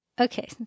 Okay